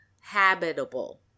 Habitable